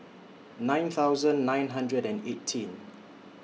nine thousand nine hundred and eighteen